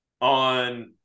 on